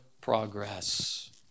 progress